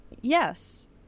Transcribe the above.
Yes